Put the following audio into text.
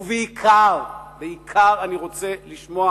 ובעיקר אני רוצה לשמוע,